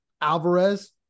Alvarez